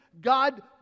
God